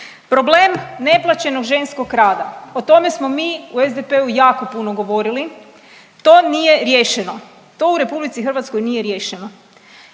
Problem neplaćenog ženskog rada o tome smo mi u SDP-u jako puno govorili. To nije riješeno. To u RH nije riješeno.